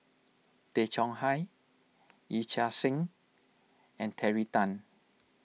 Tay Chong Hai Yee Chia Hsing and Terry Tan